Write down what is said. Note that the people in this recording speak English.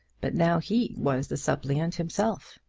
but now he was the suppliant himself.